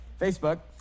Facebook